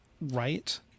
right